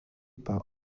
par